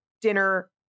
dinner